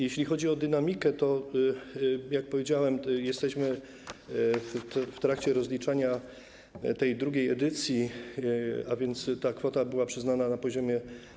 Jeśli chodzi o dynamikę, to tak jak powiedziałem, jesteśmy w trakcie rozliczania tej drugiej edycji, a więc ta kwota była przyznana na poziomie.